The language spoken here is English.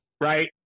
right